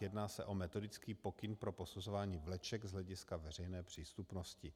Jedná se o metodický pokyn pro posuzování vleček z hlediska veřejné přístupnosti.